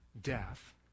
death